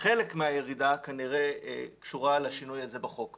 חלק מהירידה כנראה קשורה לשינוי הזה בחוק.